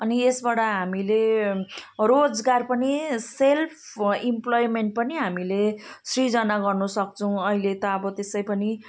अनि यसबाट हामीले रोजगार पनि सेल्फ एम्प्लयमेन्ट पनि हामीले सृजना गर्नुसक्छौँ अहिले त अब त्यसै पनि